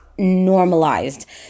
normalized